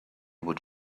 would